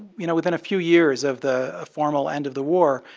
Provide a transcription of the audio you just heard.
you know, within a few years of the formal end of the war,